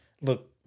look